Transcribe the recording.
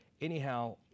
Anyhow